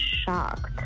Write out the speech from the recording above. shocked